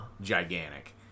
gigantic